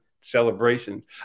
celebrations